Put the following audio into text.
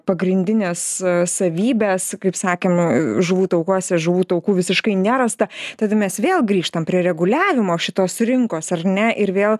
pagrindines savybes kaip sakėm žuvų taukuose žuvų taukų visiškai nerasta tad mes vėl grįžtam prie reguliavimo šitos rinkos ar ne ir vėl